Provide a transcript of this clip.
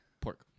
pork